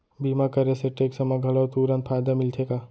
बीमा करे से टेक्स मा घलव तुरंत फायदा मिलथे का?